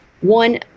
One